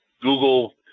Google